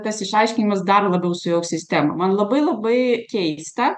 tas išaiškinimas dar labiau sujauks sistemą man labai labai keista